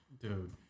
dude